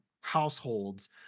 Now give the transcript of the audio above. households